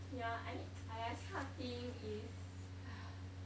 yeah I mean !aiya! this kind of thing is